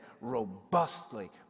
robustly